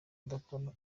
idakora